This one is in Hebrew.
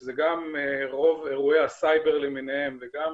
שאלה רוב אירועי הסייבר למיניהם וגם